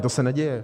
To se neděje.